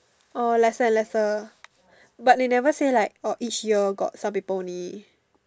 uh lesser and lesser but they never say like orh each year got some people only